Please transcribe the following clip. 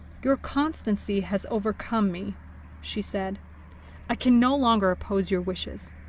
your constancy has overcome me she said i can no longer oppose your wishes.